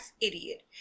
idiot